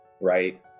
right